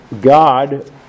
God